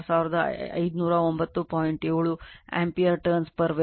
7 ampere turns per Weber